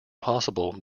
possible